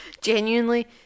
Genuinely